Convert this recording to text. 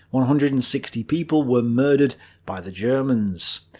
one hundred and sixty people were murdered by the germans.